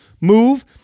move